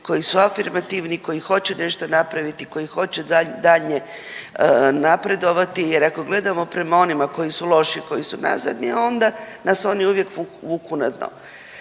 koji su afirmativni koji hoće nešto napraviti, koji hoće daljnje napredovati jer ako gledamo prema onima koji su loši, koji su nazadni onda nas oni uvijek vuku na dno.